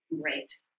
great